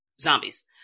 zombies